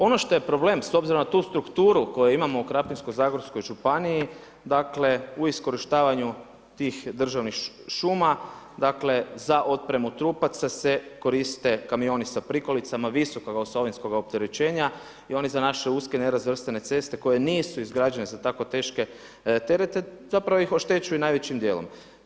Ono što je problem s obzirom na tu strukturu koju imamo u Krapinsko-zagorskoj županiji, dakle u iskorištavanju tih državnih šuma, dakle za otpremu trupaca se koriste kamioni sa prikolicama, visokog osovinskog opterećenja i oni za naše uske nerazvrstane ceste koje nisu izgrađene za tako teške terete, zapravo ih oštećuju najvećim djelom.